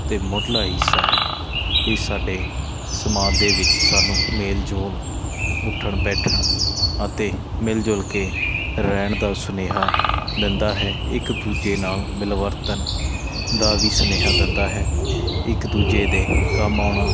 ਅਤੇ ਮੁੱਢਲਾ ਹਿੱਸਾ ਹੈ ਇਹ ਸਾਡੇ ਸਮਾਜ ਦੇ ਵਿੱਚ ਸਾਨੂੰ ਮੇਲ ਜੋਲ ਉੱਠਣ ਬੈਠਣ ਅਤੇ ਮਿਲ ਜੁਲ ਕੇ ਰਹਿਣ ਦਾ ਸੁਨੇਹਾ ਦਿੰਦਾ ਹੈ ਇੱਕ ਦੂਜੇ ਨਾਲ ਮਿਲਵਰਤਨ ਦਾ ਵੀ ਸੁਨੇਹਾ ਦਿੰਦਾ ਹੈ ਇੱਕ ਦੂਜੇ ਦੇ ਕੰਮ ਆਉਣਾ